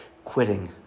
quitting